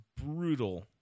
brutal